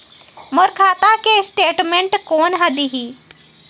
मोर खाता के स्टेटमेंट कोन ह देही?